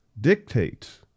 dictates